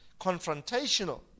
confrontational